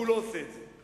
והוא לא עושה את זה,